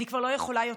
אני כבר לא יכולה יותר,